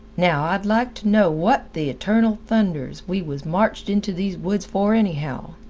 now, i'd like to know what the eternal thunders we was marched into these woods for anyhow,